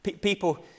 People